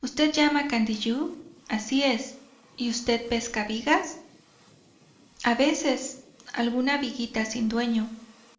usted llama candiyú así es y usted pesca vigas a veces alguna viguita sin dueño